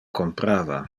comprava